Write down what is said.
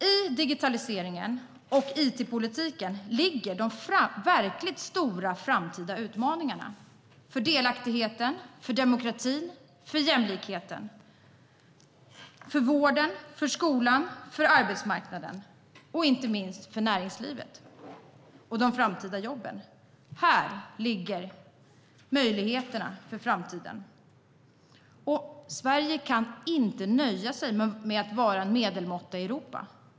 I digitaliseringen och it-politiken ligger de verkligt stora utmaningarna för delaktigheten, demokratin, jämlikheten, vården, skolan, arbetsmarknaden och inte minst näringslivet och de framtida jobben. Här ligger möjligheterna för framtiden. Sverige kan inte nöja sig med att vara en medelmåtta i Europa.